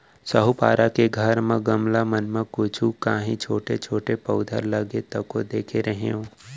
साहूपारा के घर म गमला मन म कुछु कॉंहीछोटे छोटे पउधा लगे तको देखे रेहेंव